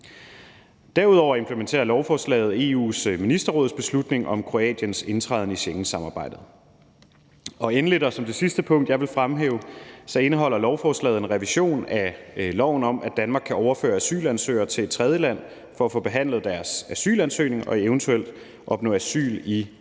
Derudover implementerer lovforslaget EU’s ministerrådsbeslutning om Kroatiens indtræden i Schengensamarbejdet. Endelig vil jeg som det sidste punkt fremhæve, at lovforslaget indeholder en revision af loven om, at Danmark kan overføre asylansøgere til et tredjeland for at få behandlet deres asylansøgning, og at de eventuelt kan opnå asyl i det